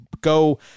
go